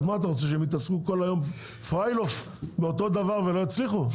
אז מה אתה רוצה שהם יתעסקו כל היום פיילאוף באותו דבר ולא יצליחו?